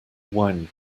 wine